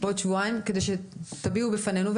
כדי שתביעו בפנינו.